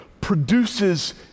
produces